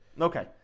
Okay